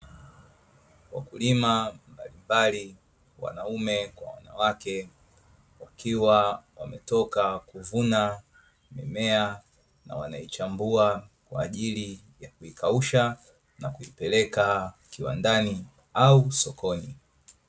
Wakulima mbalimbali wanaume kwa wanawake, wakiwa wametoka kuvuna mimea na wanaichambua kwa ajili ya kuikausha na kuipeleka kiwandani au sokoni.